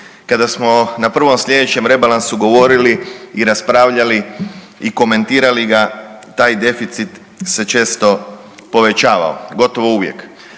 kada smo na prvom sljedećem rebalansu govorili i raspravljali i komentirali ga taj deficit se često povećavao, gotovo uvijek.